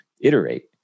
iterate